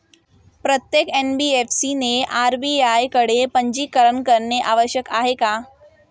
प्रत्येक एन.बी.एफ.सी ने आर.बी.आय कडे पंजीकरण करणे आवश्यक आहे का?